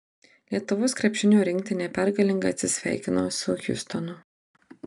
lietuvos krepšinio rinktinė pergalingai atsisveikino su hjustonu